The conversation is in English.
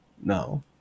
No